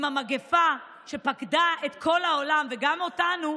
עם המגפה שפקדה את כל העולם וגם אותנו,